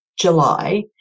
July